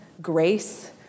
grace